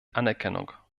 anerkennung